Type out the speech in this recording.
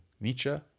Nietzsche